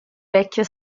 vecchio